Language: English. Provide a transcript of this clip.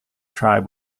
tribe